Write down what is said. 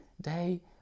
day